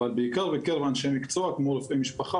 אבל בעיקר בקרב אנשי מקצוע כמו רופאי משפחה,